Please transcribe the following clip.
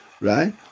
right